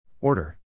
Order